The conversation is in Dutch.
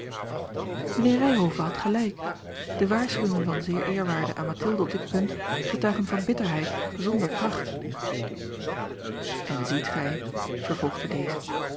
mijnheer ryhove had gelijk de waarschuwingen van z eerw aan mathilde op dit punt getuigen van bitterheid zonder kracht a l g bosboom-toussaint langs een omweg en ziet gij vervolgde deze